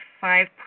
five